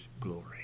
glory